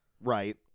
Right